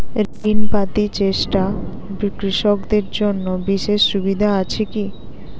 ঋণ পাতি চেষ্টা কৃষকদের জন্য বিশেষ সুবিধা আছি কি?